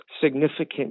significant